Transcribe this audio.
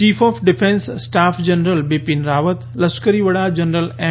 chief of defence staff general Bipin Rawat લશ્કરી વડા general એમ